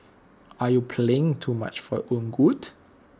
are you playing too much for your own good